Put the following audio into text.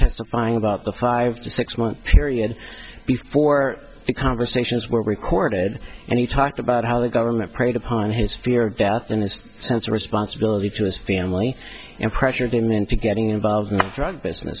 testifying about the five to six month period before the conversations were recorded and he talked about how the government preyed upon his fear of death and his sense of responsibility to his family and pressured him into getting involved in the drug business